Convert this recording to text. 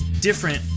different